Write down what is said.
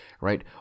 right